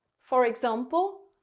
for example,